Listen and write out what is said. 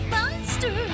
Monster